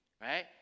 right